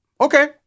okay